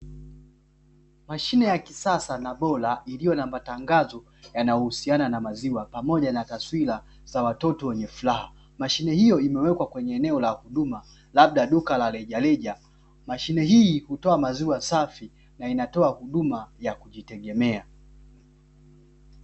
Mashine ya kisasa na bora iliyo na matangazo yanayo husiana na maziwa pamoja na taswira za watoto wenye furaha ,mashine hiyo imewekwa kwenye eneo la huduma labda duka la rejareja, mashine hii inatoa maziwa safi na inatoa huduma ya kujitegemea.